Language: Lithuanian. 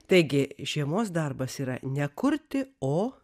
taigi žiemos darbas yra ne kurti o